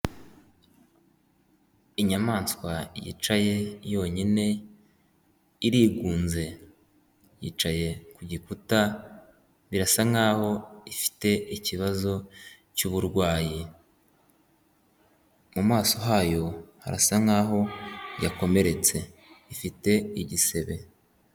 Inyamaswa yicaye yonyine irigunze, yicaye ku gikuta birasa nk'aho ifite ikibazo cy'uburwayi. Mu maso hayo hasa nk'aho yakomeretse ifite igisebe.